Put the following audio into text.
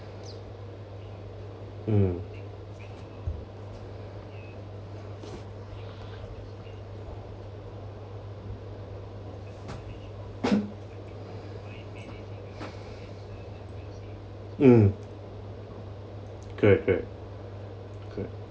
mm mm good good good